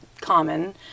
common